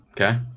Okay